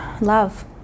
love